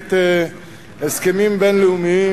ממערכת הסכמים בין-לאומיים.